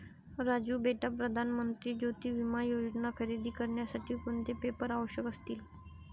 राजू बेटा प्रधान मंत्री ज्योती विमा योजना खरेदी करण्यासाठी कोणते पेपर आवश्यक असतील?